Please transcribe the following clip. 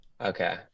Okay